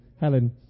Helen